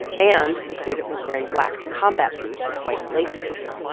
and the student was wearing black combat boots with white laces,